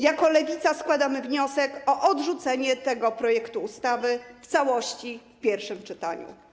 Jako Lewica składamy wniosek o odrzucenie tego projektu ustawy w całości w pierwszym czytaniu.